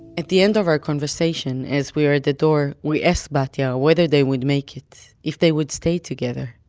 at the end of our conversation, as we were at the door, we asked batya whether they would make it. if they would stay together.